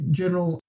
general